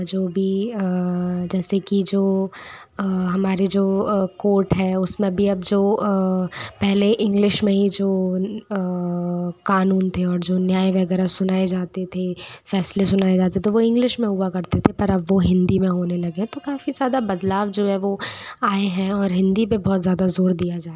जो भी जैसे कि जो हमारे जो कोर्ट है उसमें भी अब जो पहले इंग्लिश में ही जो क़ानून थे जो न्याय वग़ैरह सुनाए जाते थे फ़ैसले सुनाए जाते थे वो इंग्लिश में हुआ करते थे पर अब वो हिंदी में होने लगे हैं तो काफ़ी ज़्यादा बदलाव जो है वो आए हैं और हिंदी पर बहुत ज़्यादा ज़ोर दिया जा रहा है